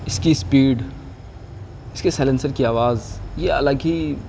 اس کی اسپیڈ اس کے سلنسر کی آواز یہ الگ ہی